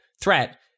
threat